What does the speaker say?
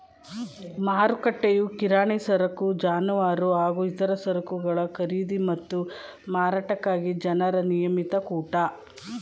ಮಾರುಕಟ್ಟೆಯು ಕಿರಾಣಿ ಸರಕು ಜಾನುವಾರು ಹಾಗೂ ಇತರ ಸರಕುಗಳ ಖರೀದಿ ಮತ್ತು ಮಾರಾಟಕ್ಕಾಗಿ ಜನರ ನಿಯಮಿತ ಕೂಟ